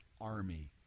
army